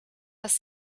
dass